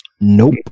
Nope